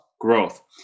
Growth